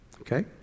Okay